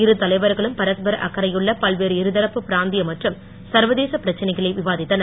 இரு தலைவர்களும் பரஸ்பர அக்கறையுள்ள பல்வேறு இருதரப்பு பிராந்திய மற்றும் சர்வதேச பிரச்சனைகளை விவாதித்தனர்